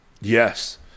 Yes